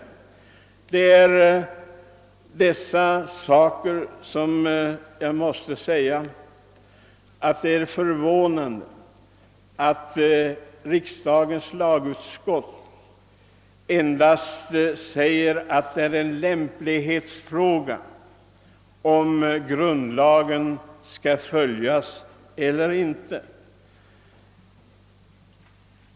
Det är mot den bakgrunden som jag finner det förvånande att tredje lagutskottet endast uttalar att det är en lämplighetsfråga om grundlagen skall följas eller ej.